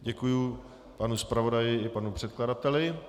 Děkuji panu zpravodaji i panu předkladateli.